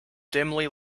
dimly